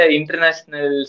international